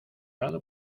lado